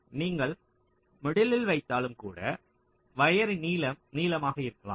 எனவே நீங்கள் மிடிலில் வைத்தாலும் கூட வயரின் நீளம் நீளமாக இருக்கலாம்